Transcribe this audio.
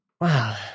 Wow